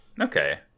Okay